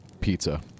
pizza